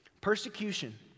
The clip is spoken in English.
Persecution